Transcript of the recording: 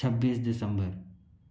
छब्बीस दिसंबर